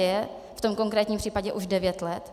V tom konkrétním případě už devět let.